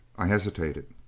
i hesitated.